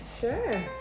Sure